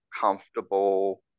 comfortable